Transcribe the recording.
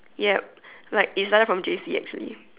yup like it started from J_C actually